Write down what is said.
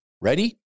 Ready